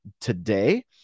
today